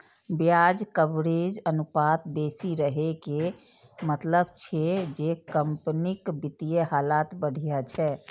ब्याज कवरेज अनुपात बेसी रहै के मतलब छै जे कंपनीक वित्तीय हालत बढ़िया छै